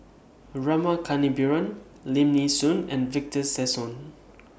Rama Kannabiran Lim Nee Soon and Victor Sassoon